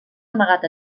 amagat